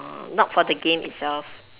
oh not for the game itself